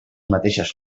mateixes